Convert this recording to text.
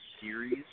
series